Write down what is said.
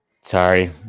sorry